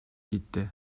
gitti